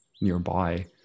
nearby